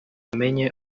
amenye